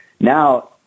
Now